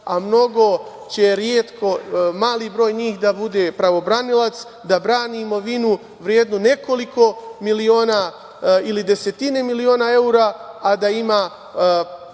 a mnogo će retko mali broj njih da bude pravobranilac, da brani imovinu vrednu nekoliko miliona ili desetine miliona evra, a da ima platu